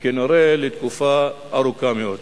וכנראה לתקופה ארוכה מאוד.